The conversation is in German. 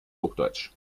hochdeutsch